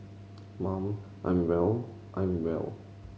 mum I'm well I'm well